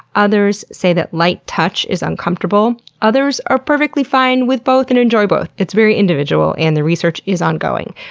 others say that light touch is uncomfortable, others are perfectly fine with both and enjoy both. it's very individual and the research is ongoing.